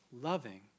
loving